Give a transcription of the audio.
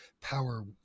power